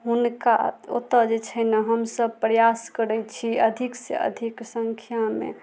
हुनका ओतऽ जे छै ने हमसब प्रयास करै छी अधिक से अधिक संख्यामे